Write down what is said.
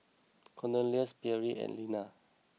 Cornelius Pierre and Linna